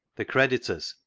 the creditors,